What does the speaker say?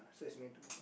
I saw is mail to meal ya